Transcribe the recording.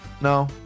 No